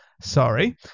Sorry